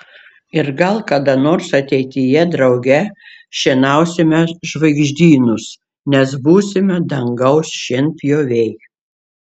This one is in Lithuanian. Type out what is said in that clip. ir gal kada nors ateityje drauge šienausime žvaigždynus nes būsime dangaus šienpjoviai